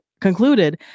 concluded